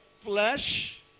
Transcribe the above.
flesh